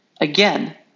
Again